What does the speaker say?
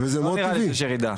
דווקא שם לא נראה לי שיש ירידה.